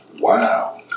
Wow